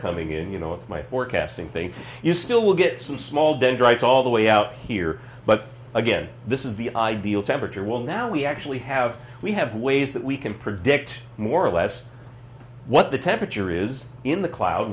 coming in you know with my forecasting thing you still will get some small dendrites all the way out here but again this is the ideal temperature well now we actually have we have ways that we can predict more or less what the temperature is in the cloud